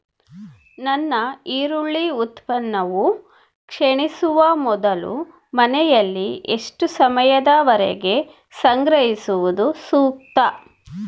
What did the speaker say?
ನನ್ನ ಈರುಳ್ಳಿ ಉತ್ಪನ್ನವು ಕ್ಷೇಣಿಸುವ ಮೊದಲು ಮನೆಯಲ್ಲಿ ಎಷ್ಟು ಸಮಯದವರೆಗೆ ಸಂಗ್ರಹಿಸುವುದು ಸೂಕ್ತ?